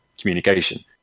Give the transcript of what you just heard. communication